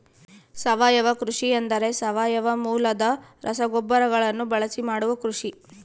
ಸಾವಯವ ಕೃಷಿ ಎಂದರೆ ಸಾವಯವ ಮೂಲದ ರಸಗೊಬ್ಬರಗಳನ್ನು ಬಳಸಿ ಮಾಡುವ ಕೃಷಿ